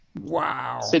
Wow